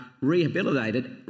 rehabilitated